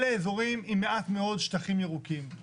אלה אזורים עם מעט מאוד שטחים ירוקים.